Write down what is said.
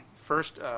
first